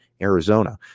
Arizona